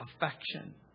affection